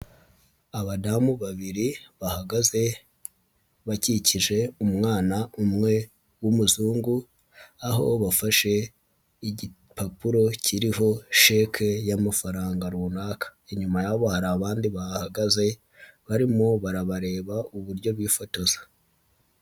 Abadamu babiri bahagaze bakikije umwana umwe w'umuzungu, aho bafashe igipapuro kiriho Cheque y'amafaranga runaka, inyuma yabo hari abandi bahagaze barimo barabareba uburyo bifotoza.